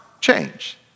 change